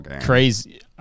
crazy